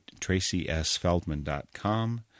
tracysfeldman.com